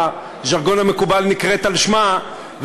בז'רגון המקובל נקראת על שמה,